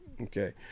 Okay